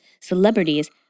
celebrities